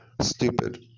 stupid